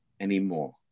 anymore